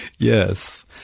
Yes